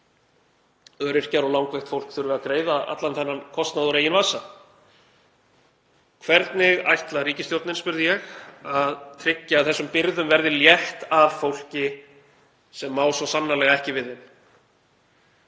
að öryrkjar og langveikt fólk þurfi að greiða allan þennan kostnað úr eigin vasa? Hvernig ætlar ríkisstjórnin að tryggja að þessum byrðum yrði létt af fólki sem má svo sannarlega ekki við þeim?